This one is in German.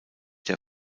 der